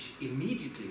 immediately